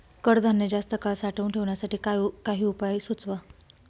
कडधान्य जास्त काळ साठवून ठेवण्यासाठी काही उपाय सुचवा?